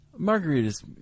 Margaritas